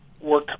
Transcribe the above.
work